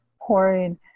pouring